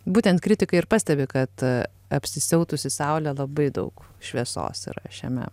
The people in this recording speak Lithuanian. būtent kritikai ir pastebi kad apsisiautusi saule labai daug šviesos yra šiame